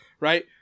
right